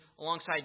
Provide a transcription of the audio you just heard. alongside